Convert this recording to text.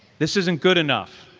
this isn't good enough.